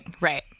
Right